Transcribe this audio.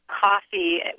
coffee